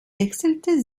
wechselte